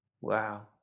wow